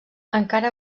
encara